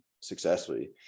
successfully